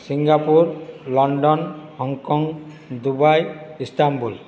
Singapore London Hong Kong Dubai Istanbul